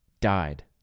died